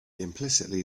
implicitly